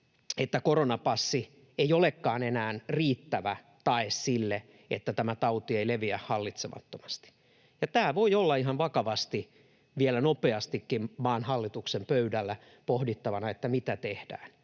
että koronapassi ei olekaan enää riittävä tae sille, että tämä tauti ei leviä hallitsemattomasti. Tämä voi olla ihan vakavasti vielä nopeastikin maan hallituksen pöydällä pohdittavana, mitä tehdään.